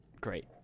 great